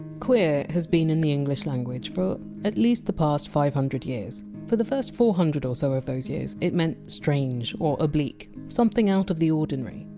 queer! has been in the english language for at least the past five hundred years. and for the first four hundred or so of those years, it meant! strange! or! oblique! something out of the ordinary.